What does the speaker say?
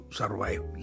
survive